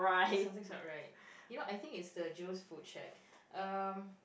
something's not right you know I think it's the Joe's food shack um